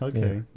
Okay